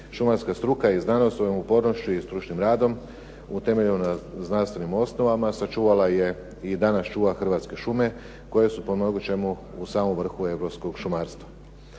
šumarska struka i znanost svojom upornošću i stručnim radom utemeljenom na znanstvenim osnovama sačuvala je i danas čuva Hrvatske šume koje su po mnogo čemu u samom vrhu europskog šumarstva.